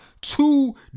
two